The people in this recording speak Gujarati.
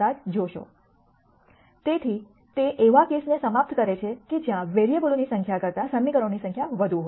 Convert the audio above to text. સ્લાઇડનો સમય જુઓ 0632 તેથી તે એવા કેસને સમાપ્ત કરે છે કે જ્યાં વેરીએબલોની સંખ્યા કરતા સમીકરણોની સંખ્યા વધુ હોય